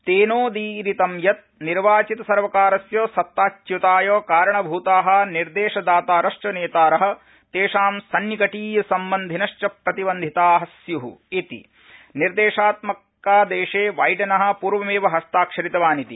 तेनोदीरितं यत् निर्वाचित सर्वकारस्य सत्ताच्युताय कारणभृता निर्देशदातारश्च नेतार तेषां सन्निकटीय सम्बन्धिनश्च प्रतिबन्धिता स्य् इति निर्देशात्मकादेशे बाइडन पूर्वमेव हस्ताक्षरितवानिति